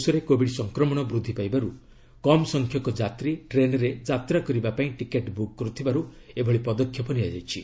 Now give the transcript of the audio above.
ଦେଶରେ କୋବିଡ ସଂକ୍ରମଣ ବୃଦ୍ଧି ପାଇବାରୁ କମ୍ସଂଖ୍ୟକ ଯାତ୍ରୀ ଟ୍ରେନ୍ରେ ଯାତ୍ରା କରିବା ପାଇଁ ଟିକଟ ବୁକ୍ କରୁଥିବାରୁ ଏଭଳି ପଦକ୍ଷେପ ନିଆଯାଇଛି